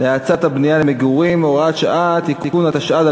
הצעת חוק לתיקון פקודת העיריות (הוראת שעה) (תיקון מס' 2)